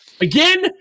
Again